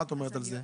מה את אומרת על זה?